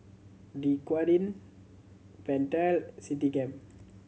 Dequadin Pentel Citigem